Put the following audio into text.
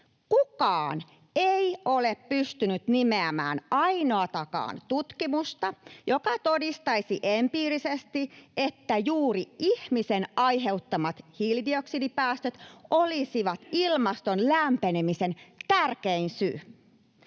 Kukaan ei ole pystynyt nimeämään ainoatakaan tutkimusta, joka todistaisi empiirisesti, että juuri ihmisen aiheuttamat hiilidioksidipäästöt olisivat ilmaston lämpenemisen tärkein syy.